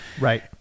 Right